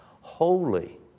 holy